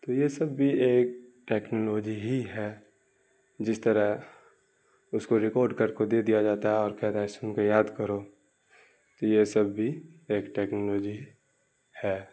تو یہ سب بھی ایک ٹیکنالوجی ہی ہے جس طرح اس کو ریکارڈ کر کو دے دیا جاتا ہے اور سن کے یاد کرو تو یہ سب بھی ایک ٹیکنالوجی ہے